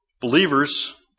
believers